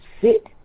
sit